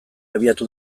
abiatu